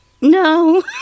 No